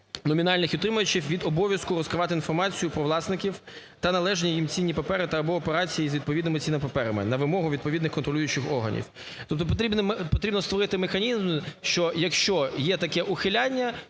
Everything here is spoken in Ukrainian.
номінальних утримувачів від обов'язку розкривати інформацію про власників та належні їм цінні папери або операції з відповідними цінними паперами на вимогу відповідних контролюючих органів. Тобто потрібно створити механізм, що якщо є таке ухиляння,